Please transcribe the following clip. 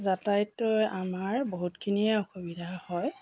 যাতায়াতৰ আমাৰ বহুতখিনিয়ে অসুবিধা হয়